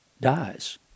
dies